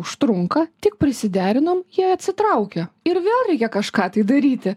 užtrunka tik prisiderinom jie atsitraukia ir vėl reikia kažką tai daryti